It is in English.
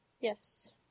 yes